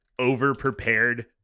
overprepared